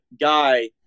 guy